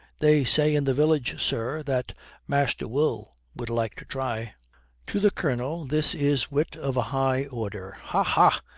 they say in the village, sir, that master will would like to try to the colonel this is wit of a high order. ha! ha!